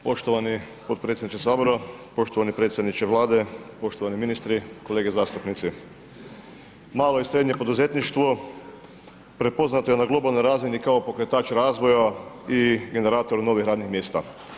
Poštovani potpredsjedniče sabora, poštovani predsjedniče Vlade, poštovani ministri, kolege zastupnici, malo i srednje poduzetništvo prepoznato je na globalnoj razini kao pokretač razvoja i generator novih radnih mjesta.